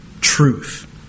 truth